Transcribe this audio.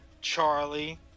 Charlie